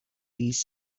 these